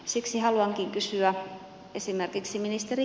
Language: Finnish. siksi haluankin kysyä esimerkiksi ministeri